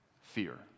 fear